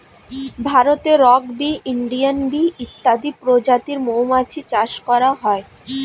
ভারতে rock bee, Indian bee ইত্যাদি প্রজাতির মৌমাছি চাষ করা হয়